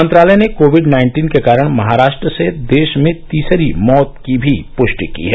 मंत्रालय ने COVID nineteen के कारण महाराष्ट्र से देश में तीसरी मौत की भी पुष्टि की है